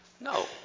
No